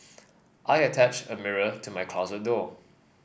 I attached a mirror to my closet door